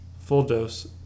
full-dose